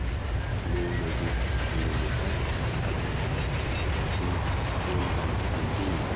ꯅꯣꯡꯃꯒꯤ ꯀꯤꯂꯣꯃꯤꯇꯔ ꯑꯀꯛꯅꯕ ꯃꯁꯤꯡ ꯆꯦꯟꯕ ꯇꯝꯕꯤ